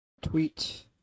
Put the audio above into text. Tweet